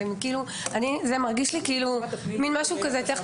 זה מרגיש לי כמו מין משהו טכני.